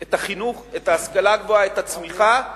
את החינוך, את ההשכלה הגבוהה, את הצמיחה,